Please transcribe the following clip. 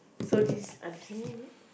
so this